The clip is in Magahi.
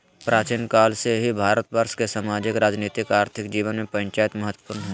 प्राचीन काल से ही भारतवर्ष के सामाजिक, राजनीतिक, आर्थिक जीवन में पंचायत महत्वपूर्ण हइ